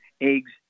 eggs